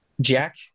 Jack